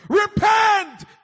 repent